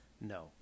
No